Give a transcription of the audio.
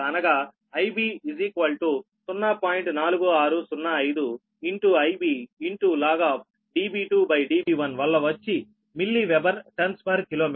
4605 Ib log Db2 Db1 వల్ల వచ్చి milli weber turns per kilometre